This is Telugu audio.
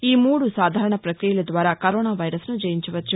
ఈ మూడు సాధారణ ప్రక్రియల ద్వారా కరోనా వైరస్ను జయించవచ్చు